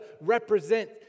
represent